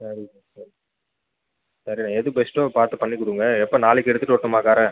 சரிண்ணே சரி சரிண்ணே எது பெஸ்ட்டோ பார்த்து பண்ணிக் கொடுங்க எப்போ நாளைக்கு எடுத்துகிட்டு வரட்டுமா காரை